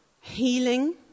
Healing